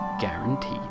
Guaranteed